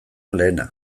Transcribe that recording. lehena